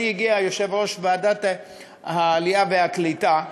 הגיע אדוני יושב-ראש ועדת העלייה והקליטה,